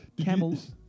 Camels